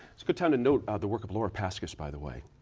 it's a good time to note the work of laura paskus, by the way,